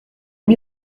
mis